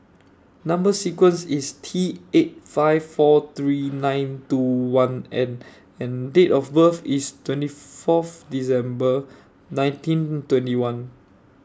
Number sequence IS T eight five four three nine two one N and Date of birth IS twenty Fourth December nineteen twenty one